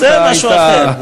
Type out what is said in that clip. זה משהו אחר.